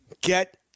Get